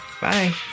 Bye